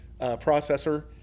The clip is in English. processor